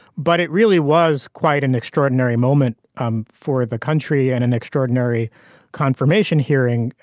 but it really was quite an extraordinary moment um for the country and an extraordinary confirmation hearing.